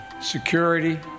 security